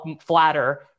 flatter